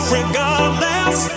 Regardless